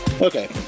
Okay